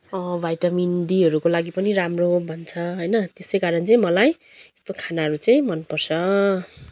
vitamin डीहरूको लागि पनि राम्रो हो भन्छ होइन त्यसै कारण चाहिँ मलाई त्यस्तो खानाहरू चाहिँ मनपर्छ